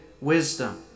wisdom